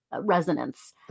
resonance